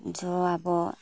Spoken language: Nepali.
जो अब